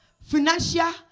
financial